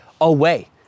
away